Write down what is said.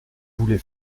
voulez